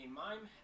mime